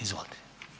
Izvolite.